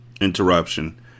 interruption